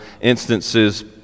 instances